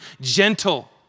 gentle